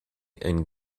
and